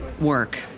work